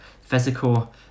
physical